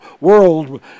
world